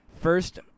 first